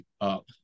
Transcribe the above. up